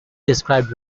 described